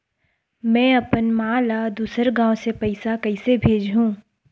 में अपन मा ला दुसर गांव से पईसा कइसे भेजहु?